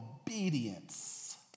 obedience